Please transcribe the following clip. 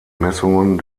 messungen